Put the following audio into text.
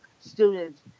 students